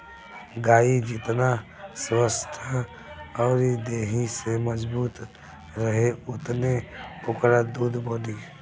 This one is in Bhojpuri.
गाई जेतना स्वस्थ्य अउरी देहि से मजबूत रही ओतने ओकरा दूध बनी